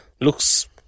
Looks